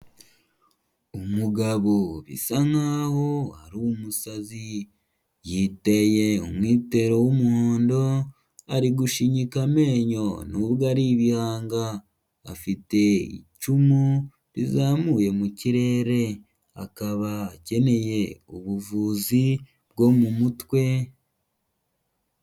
Umugabo bisa nk'aho ari umusazi, yiteye umwitero w'umuhondo, ari gushinyika amenyo nubwo ari ibihanga, afite icumu rizamuye mu kirere, akaba akeneye ubuvuzi bwo mu mutwe.